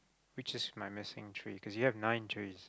which is my missing tree cause you have nine trees